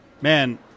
man